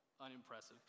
unimpressive